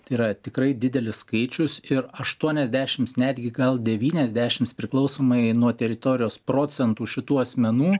tai yra tikrai didelis skaičius ir aštuoniasdešimt netgi gal devyniasdešimt priklausomai nuo teritorijos procentų šitų asmenų